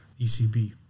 ECB